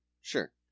sure